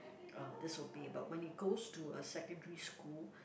uh disobey but when it goes to a secondary school